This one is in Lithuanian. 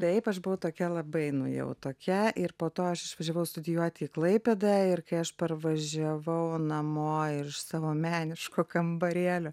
taip aš buvau tokia labai nu jau tokia ir po to aš išvažiavau studijuoti į klaipėdą ir kai aš parvažiavau namo ir iš savo meniško kambarėlio